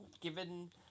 given